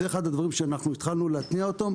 זה אחד הדברים שאנחנו התחלנו להניע אותו.